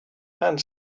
and